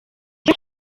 byo